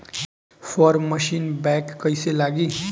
Form machine बैक कईसे लागी?